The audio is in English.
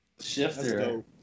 Shifter